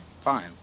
Fine